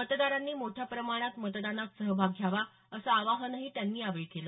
मतदारांनी मोठ्या प्रमाणात मतदानात सहभाग घ्यावा असं आवाहनही त्यांनी यावेळी केलं